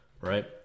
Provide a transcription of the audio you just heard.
Right